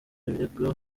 ibirego